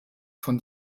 von